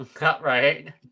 right